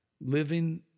living